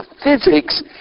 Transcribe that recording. physics